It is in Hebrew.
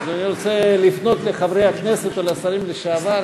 אם אדוני רוצה לפנות לחברי הכנסת או לשרים לשעבר,